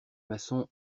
maçons